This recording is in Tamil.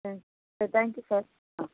சரி சரி தேங்க் யூ சார் ஆ